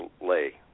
lay